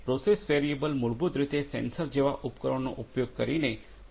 process variable મૂળભૂત રીતે sensor જેવા ઉપકરણોનો ઉપયોગ કરીને માપેલ પ્રક્રિયા પરિમાણોનાં મૂલ્યો છે